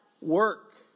work